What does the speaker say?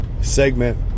segment